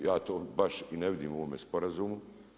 Ja to baš i ne vidim u ovome sporazumu.